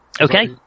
Okay